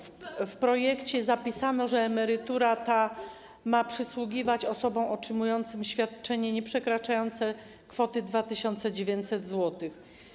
W projekcie zapisano, że emerytura ta ma przysługiwać osobom otrzymującym świadczenie nieprzekraczające kwoty 2900 zł.